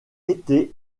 été